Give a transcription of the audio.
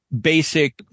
basic